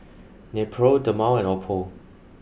Nepro Dermale and Oppo